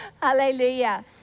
hallelujah